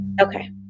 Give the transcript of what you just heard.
Okay